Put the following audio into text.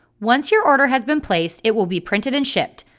once your order has been placed it will be printed and shipped.